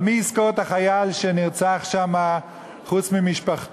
אבל מי יזכור את החייל שנרצח שם, חוץ ממשפחתו,